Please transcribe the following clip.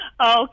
Okay